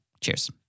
Cheers